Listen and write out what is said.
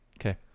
Okay